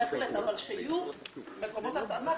בהחלט, אבל שיהיו מקומות הטענה.